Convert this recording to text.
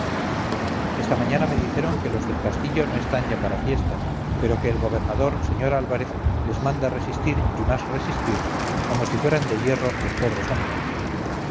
esta mañana me dijeron que los del castillo no están ya para fiestas pero que el gobernador sr álvarez les manda resistir y más resistir como si fueran de hierro los pobres hombres